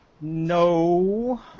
No